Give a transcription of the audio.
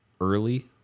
early